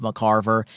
McCarver